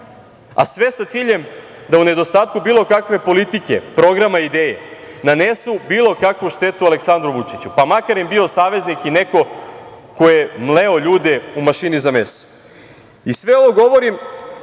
a sve sa ciljem da, u nedostatku bilo kakve politike, programa i ideje, nanesu bilo kakvu štetu Aleksandru Vučiću, pa makar im bio saveznik i neko ko je mleo ljude u mašini za meso. Sve ovo govorim